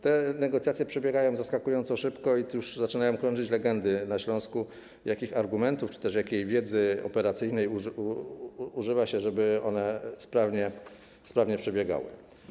Te negocjacje przebiegają zaskakująco szybko i tu już zaczynają krążyć legendy na Śląsku, jakich argumentów czy też jakiej wiedzy operacyjnej używa się, żeby one sprawnie przebiegały.